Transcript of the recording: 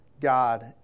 God